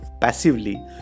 passively